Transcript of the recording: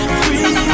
free